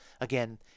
Again